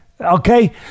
Okay